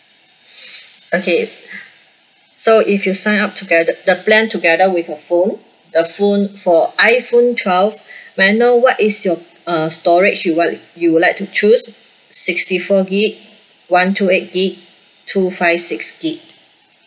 okay so if you sign up togeth~ the plan together with a phone the phone for iphone twelve may I know what is your uh storage you wa~ you would like to choose sixty four gig one two eight gig two five six gig